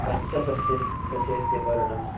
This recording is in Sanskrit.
अर्कसस्यानां स्ः सस्यस्य पर्णानि